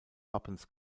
wappens